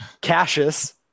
Cassius